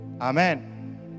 Amen